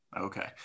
Okay